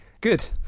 Good